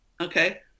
okay